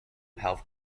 health